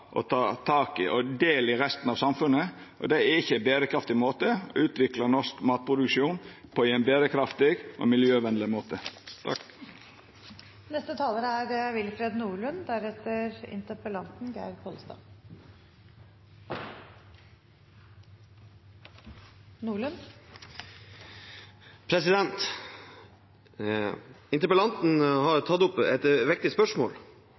å ta del i resten av samfunnet. Det er ikkje ein berekraftig og miljøvenleg måte å utvikla norsk matproduksjon på. Interpellanten har tatt opp et viktig spørsmål,